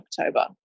October